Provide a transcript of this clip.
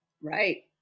Right